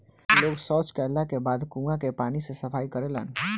लोग सॉच कैला के बाद कुओं के पानी से सफाई करेलन